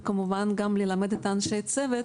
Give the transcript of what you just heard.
וכמובן גם ללמד את אנשי הצוות